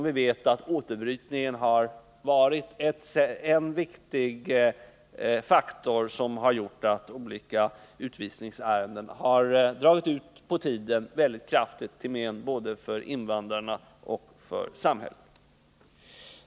Vi vet att återbrytningen har varit en viktig faktor som har gjort att olika utvisningsärenden har dragit mycket långt ut på tiden till men både för invandrarna och för samhället.